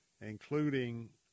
including